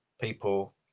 people